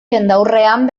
jendaurrean